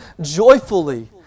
joyfully